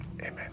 Amen